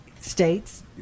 states